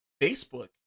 facebook